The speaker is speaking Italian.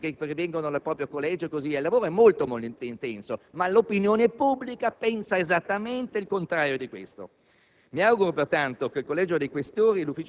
con il proprio elettorato, le pratiche relative al proprio collegio. Il lavoro è molto intenso, ma l'opinione pubblica pensa esattamente il contrario. Mi auguro